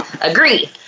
agree